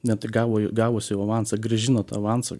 net gavo gavus jau avansą grįžino tą avansą